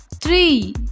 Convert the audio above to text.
three